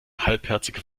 halbherziger